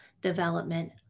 development